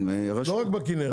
לא רק בכנרת,